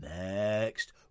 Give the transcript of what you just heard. next